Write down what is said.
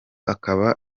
ukaba